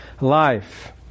life